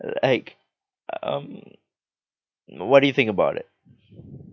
like um what do you think about it